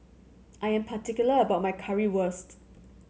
I am particular about my Currywurst